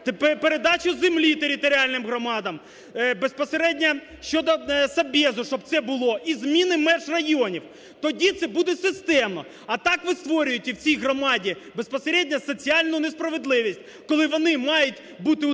передачу землі територіальним громадам, безпосередньо щодо "собєзу", щоб це було, і зміни меж районів. Тоді це буде системно, а так ви створюєте в цій громаді безпосередньо соціальну несправедливість, коли вони мають утримувати